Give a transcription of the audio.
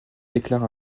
déclare